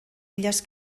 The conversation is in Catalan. illes